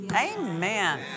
Amen